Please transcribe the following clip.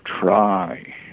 try